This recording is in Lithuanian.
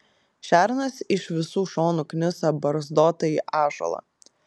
šernas iš visų šonų knisa barzdotąjį ąžuolą